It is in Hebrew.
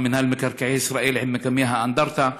מינהל מקרקעי ישראל לבין מקימי האנדרטה.